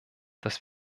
dass